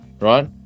right